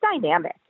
dynamic